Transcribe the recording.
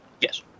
Yes